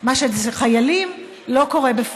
מה שאצל חיילים לא קורה.